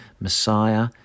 Messiah